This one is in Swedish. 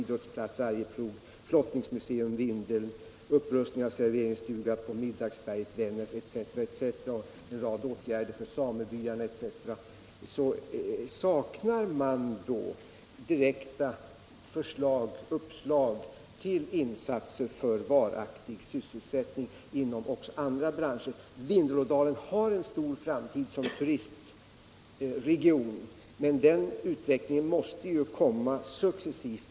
delådalen serveringsstuga på Middagsberget i Vännäs, en rad åtgärder för samebyarna etc. Men här saknas direkta uppslag till insatser för varaktig sysselsättning inom också andra branscher. Vindelådalen har en stor framtid som turistregion, men den utvecklingen måste komma successivt.